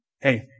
hey